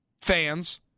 fans